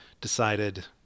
decided